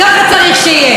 ככה צריך שיהיה.